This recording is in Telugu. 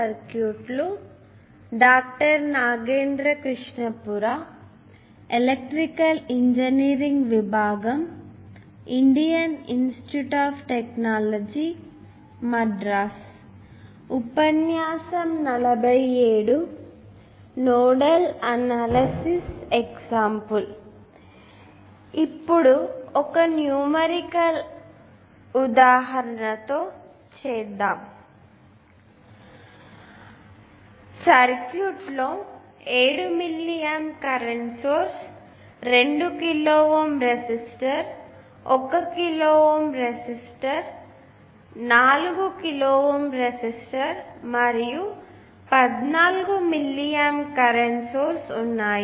సర్క్యూట్ లో 7 milli amp current source 2 kilo ohm resistor 1 kilo ohm resistor 4 kilo ohm resistor మరియు 14 మిల్లీ ఆంప్ కరెంట్ సోర్స్ ఉన్నాయి